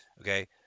Okay